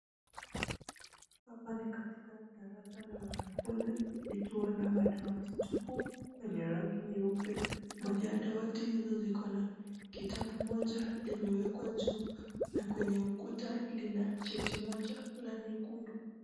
Hapa ni katika darasa la wanafunzi likiwa na madawati tupu yenye rangi nyeupe. Majawadati hizo ziko na kitabu moja limewekwa juu na kwenye ukuta lina cheti moja la nyekundu.